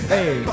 Hey